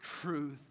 truth